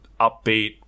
upbeat